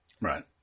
Right